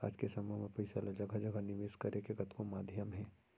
आज के समे म पइसा ल जघा जघा निवेस करे के कतको माध्यम हे